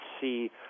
see